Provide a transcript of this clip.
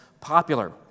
popular